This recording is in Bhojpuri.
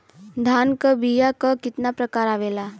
धान क बीया क कितना प्रकार आवेला?